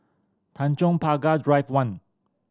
Tanjong Pagar Drive One